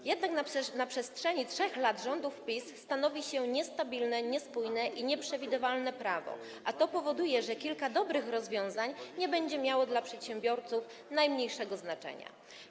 A jednak na przestrzeni 3 lat rządów PiS stanowi się niestabilne, niespójne i nieprzewidywalne prawo, co powoduje, że kilka dobrych rozwiązań nie będzie miało dla przedsiębiorców najmniejszego znaczenia.